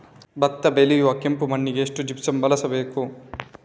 ಭತ್ತ ಬೆಳೆಯುವ ಕೆಂಪು ಮಣ್ಣಿಗೆ ಎಷ್ಟು ಜಿಪ್ಸಮ್ ಬಳಸಬೇಕು?